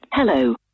Hello